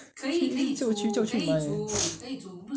叫我去叫我去买